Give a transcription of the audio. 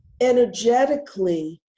energetically